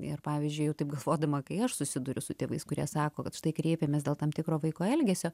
ir pavyzdžiui jau taip galvodama kai aš susiduriu su tėvais kurie sako kad štai kreipiamės dėl tam tikro vaiko elgesio